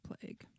Plague